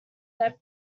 that